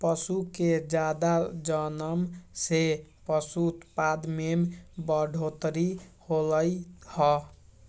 पशु के जादा जनम से पशु उत्पाद में बढ़ोतरी होलई ह